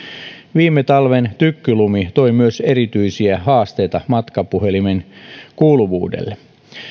viime talven tykkylumi toi myös erityisiä haasteita matkapuhelimen kuuluvuudelle